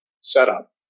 setup